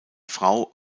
frau